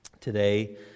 today